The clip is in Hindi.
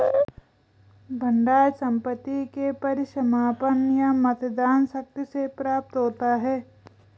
भंडार संपत्ति के परिसमापन या मतदान शक्ति से प्राप्त होता है